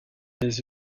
des